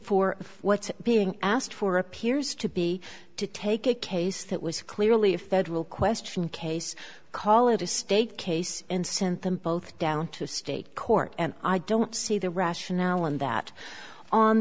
for what's being asked for appears to be to take a case that was clearly a federal question case call it a state case and sent them both down to a state court and i don't see the rationale in that on